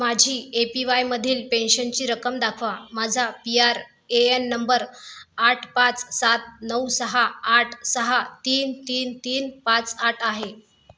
माझी A P वायमधील पेन्शनची रक्कम दाखवा माझा P R A N number आठ पाच सात नऊ सहा आठ सहा तीन तीन तीन पाच आठ आहे